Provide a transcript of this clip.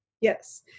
Yes